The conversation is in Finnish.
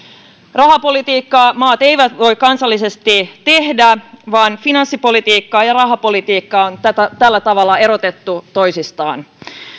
rahapolitiikkaa maat eivät voi kansallisesti tehdä vaan finanssipolitiikka ja ja rahapolitiikka on tällä tavalla erotettu toisistaan